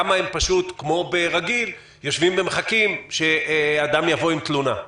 או כמה הם פשוט כמו באופן רגיל יושבים ומחכים שאדם יבוא עם תלונה?